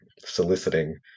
soliciting